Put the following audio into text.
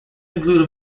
include